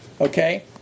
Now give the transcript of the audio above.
Okay